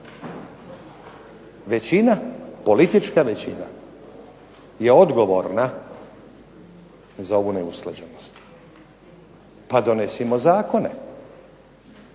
Većina, politička većina je odgovorna za ovu neusklađenost. Pa donesimo zakone,